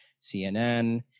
CNN